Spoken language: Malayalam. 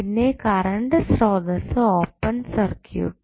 പിന്നെ കറണ്ട് സ്രോതസ്സ് ഓപ്പൺ സർക്യൂട്ട്